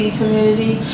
community